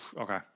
Okay